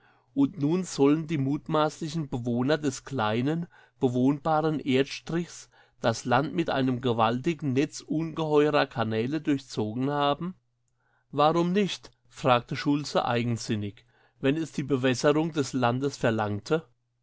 und nun sollen die mutmaßlichen bewohner des kleinen bewohnbaren erdstrichs das land mit einem gewaltigen netz ungeheurer kanäle durchzogen haben warum nicht fragte schultze eigensinnig wenn es die bewässerung des landes verlangte